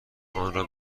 آنرا